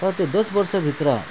र त्यो दस वर्षभित्र